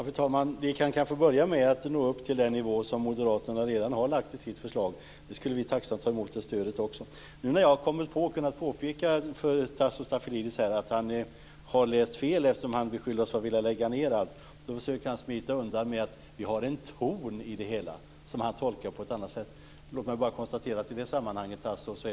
Fru talman! Ni kan kanske börja med att nå upp till den nivå som Moderaterna redan har angett i sitt förslag. Det stödet skulle vi tacksamt ta emot också. Nu när jag har kommit på att Tasso Stafilidis har läst fel - och också har kunnat påpeka det för honom - eftersom han beskyller oss för att vilja lägga ned allt så försöker han smita undan genom att säga att vi har en ton i det hela som han tolkar på ett annat sätt. Låt mig bara konstatera att i det sammanhanget är